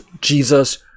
Jesus